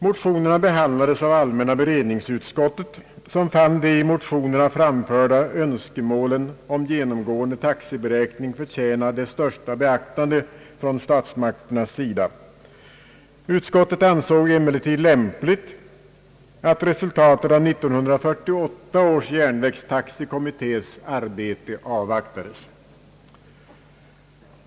Motionerna behandlades av allmänna beredningsutskottet, som fann de framförda önskemålen om genomgående taxeberäkning förtjäna det största beaktande från statsmakternas sida, Utskottet ansåg det emeller tid lämpligt, att resultatet av 1948 års järnvägstaxekommittés arbete avvaktades.